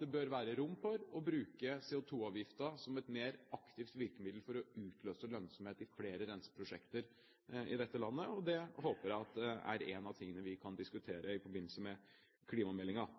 det bør være rom for å bruke CO2-avgiften som et mer aktivt virkemiddel for å utløse lønnsomhet i flere renseprosjekter i dette landet, og det håper jeg er én av tingene vi kan diskutere i forbindelse med klimameldingen.